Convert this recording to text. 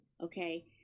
okay